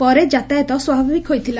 ପରେ ଯାତାୟତ ସ୍ୱାଭାବିକ ହୋଇଥିଲା